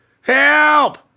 Help